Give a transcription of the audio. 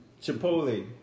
Chipotle